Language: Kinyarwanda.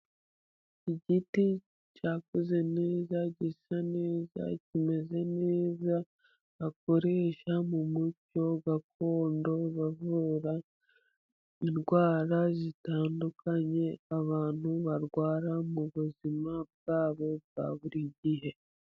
Igiti cyakuze neza, gisa neza , kimeze neza, bakoresha mu muco gakondo bavura indwara zitandukanye, abantu barwara mu buzima bwabo bwa buri gihe.